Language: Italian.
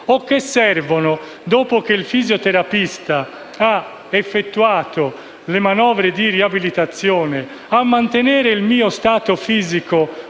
o che servono - dopo che il fisioterapista ha effettuato le manovre di riabilitazione - a mantenere il mio stato fisico